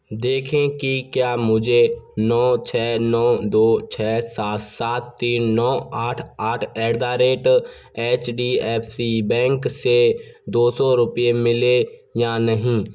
देखें कि क्या मुझे नौ छह नौ दो छह सात सात तीन नौ आठ आठ at the rate H D F C bank से दो सौ रुपये मिले या नहीं